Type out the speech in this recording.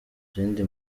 zindi